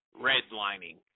redlining